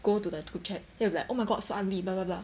go to the group chat they'll be like so ugly oh my god blah blah blah